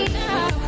now